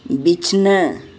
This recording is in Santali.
ᱵᱤᱪᱷᱱᱟᱹ